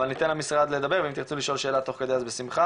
אבל ניתן למשרד לדבר ואם תרצו שאלה תוך כדי אז בשמחה,